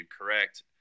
correct